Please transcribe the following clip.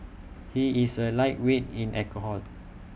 he is A lightweight in alcohol